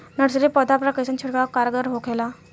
Nursery पौधा पर कइसन छिड़काव कारगर होखेला?